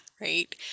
right